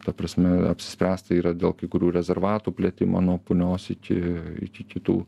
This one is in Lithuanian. ta prasme apsispręsta yra dėl kai kurių rezervatų plėtimo nuo punios iki iki kitų